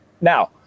Now